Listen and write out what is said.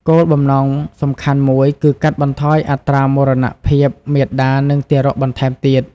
គោលបំណងសំខាន់មួយគឺកាត់បន្ថយអត្រាមរណភាពមាតានិងទារកបន្ថែមទៀត។